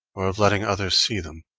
or of letting others see them.